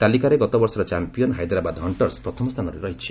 ତାଲିକାରେ ଗତବର୍ଷର champion Hyderabad Hunters ପ୍ରଥମ ସ୍ଥାନରେ ରହିଛି